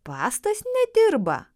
pastas nedirba